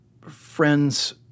friends